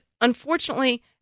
unfortunately